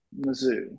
Mizzou